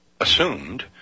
Assumed